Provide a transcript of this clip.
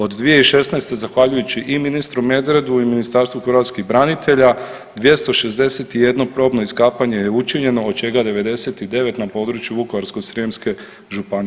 Od 2016. zahvaljujući i ministru Medvedu i Ministarstvu hrvatskih branitelja 261 probno iskapanje je učinjeno od čega 99 na području Vukovarsko-srijemske županije.